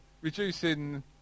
reducing